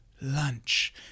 Lunch